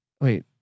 wait